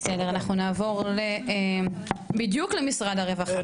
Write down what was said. בסדר, אנחנו נעבור למשרד הרווחה.